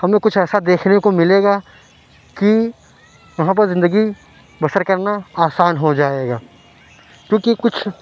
ہمیں کچھ ایسا دیکھنے کو ملے گا کہ وہاں پر زندگی بسر کرنا آسان ہو جائے گا کیونکہ کچھ